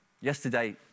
Yesterday